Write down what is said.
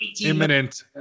imminent